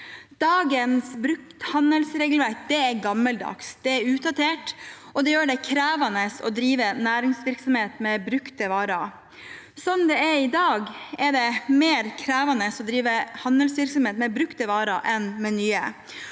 Dagens brukthandelsregelverk er gammeldags, det er utdatert, og det gjør det krevende å drive næringsvirksomhet med brukte varer. Sånn det er i dag, er det mer krevende å drive handelsvirksomhet med brukte varer enn med nye.